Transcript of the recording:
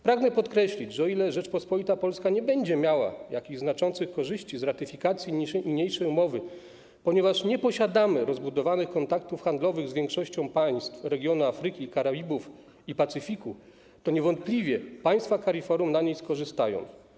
Pragnę podkreślić, że o ile Rzeczpospolita Polska nie będzie miała jakichś znaczących korzyści z ratyfikacji niniejszej umowy, ponieważ nie posiadamy rozbudowanych kontaktów handlowych z większością państw regionu Afryki, Karaibów i Pacyfiku, o tyle państwa CARIFORUM niewątpliwie na niej skorzystają.